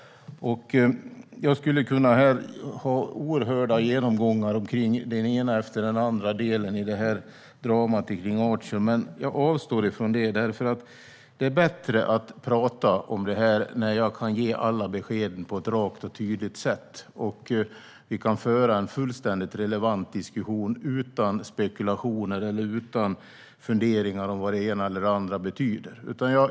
Jag skulle kunna ha oerhörda genomgångar om den ena efter den andra delen i arbetet och dramat kring Archer, men jag avstår från det. Det är nämligen bättre att prata om det här när jag kan ge alla besked på ett rakt och tydligt sätt och vi kan föra en fullständigt relevant diskussion utan spekulationer och funderingar om vad det ena eller andra betyder.